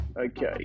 Okay